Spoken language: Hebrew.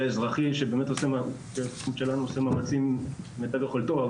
האזרחי שבאמת עושה מאמצים כמיטב יכולתו,